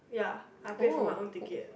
ya I paid for my own ticket